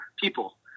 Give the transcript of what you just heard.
people